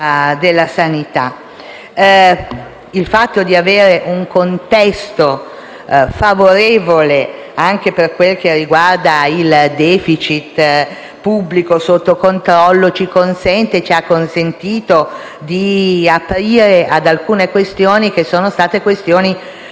Il fatto di avere un contesto favorevole anche per quel che riguarda il *deficit* pubblico sotto controllo ci consente e ci ha consentito di aprire ad alcune questioni che sono state da noi evocate